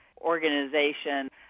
organization